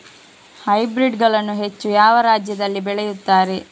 Hybrid ಗಳನ್ನು ಹೆಚ್ಚು ಯಾವ ರಾಜ್ಯದಲ್ಲಿ ಬೆಳೆಯುತ್ತಾರೆ?